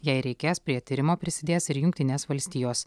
jei reikės prie tyrimo prisidės ir jungtinės valstijos